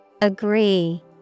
Agree